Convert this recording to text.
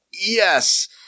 yes